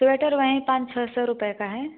sweater वहीं पाँच छः सौ रुपये का है